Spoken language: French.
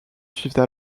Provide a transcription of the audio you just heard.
suivent